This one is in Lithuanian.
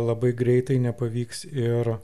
labai greitai nepavyks ir